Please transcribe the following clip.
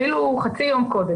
אפילו חצי יום קודם,